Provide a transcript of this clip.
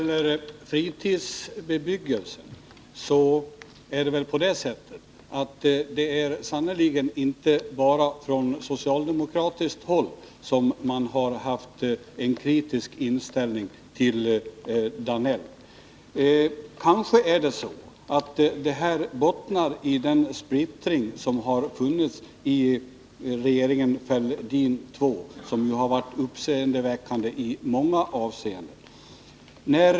Herr talman! När det gäller fritidsbebyggelsen är det sannerligen inte bara från socialdemokratiskt håll som man har haft en kritisk inställning till Georg Danell. Kanske bottnar det hela i den splittring som funnits i regeringen Fälldin II och som varit uppseendeväckande i många avseenden.